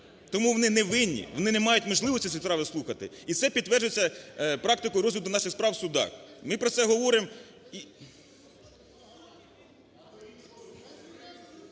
Тому вони не винні, вони не мають можливості ці справи слухати і це підтверджується практикою розгляду наших справ в судах. Ми про це говоримо.